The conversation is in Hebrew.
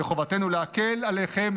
וחובתנו להקל עליכם,